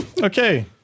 okay